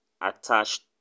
attached